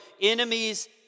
Enemies